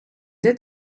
did